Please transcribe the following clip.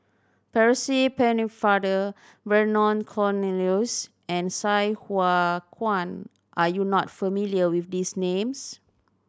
Percy Pennefather Vernon Cornelius and Sai Hua Kuan are you not familiar with these names